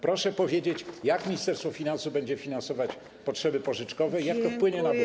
Proszę powiedzieć, jak Ministerstwo Finansów będzie finansować potrzeby pożyczkowe i jak to wpłynie na budżet?